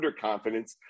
underconfidence